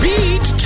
Beat